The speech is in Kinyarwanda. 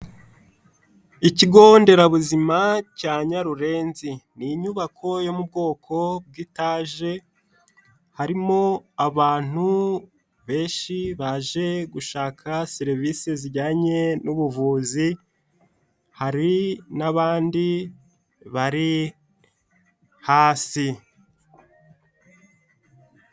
Ikigo nderabuzima cya Nyarurenzi ni inyubako yo mu bwoko bw'itaje, harimo abantu benshi baje gushaka serivisi zijyanye n'ubuvuzi hari n'abandi bari hasi.